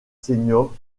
senior